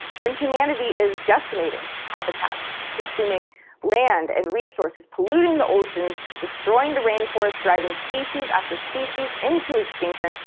when humanity is decimating habitats, consuming land and resources, polluting the oceans, destroying the rainforest, driving species after species into extinction,